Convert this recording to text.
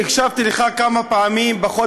מאז הגעתי לכנסת הובלתי את שינוי החקיקה של החוק